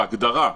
בהגדרה,